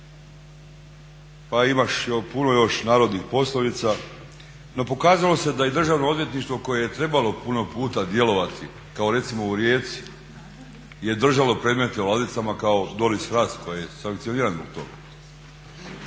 pa ima puno još narodnih poslovica. No pokazalo se da i državno odvjetništvo koje je trebalo puno puta djelovati kao recimo u Rijeci je držalo predmete u ladicama kao Doris Hrast koji je sankcioniran zbog